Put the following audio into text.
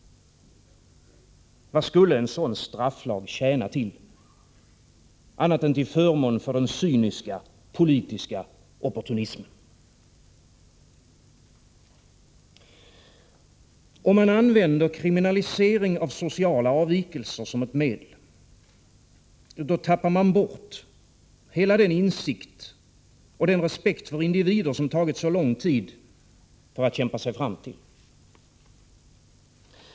Vad skulle en sådan strafflag gagna, annat än den cyniska, politiska opportunismen? Om man använder kriminalisering av sociala avvikelser som medel, då tappar man bort hela den insikt och den respekt för individer som det tagit så lång tid att kämpa sig fram till.